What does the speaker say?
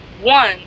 one